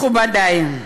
מכובדי,